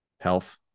health